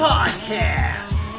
Podcast